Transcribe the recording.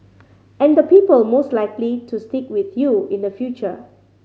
and the people most likely to stick with you in the future